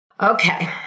Okay